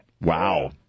Wow